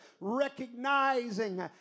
recognizing